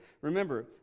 Remember